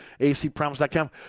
acpromise.com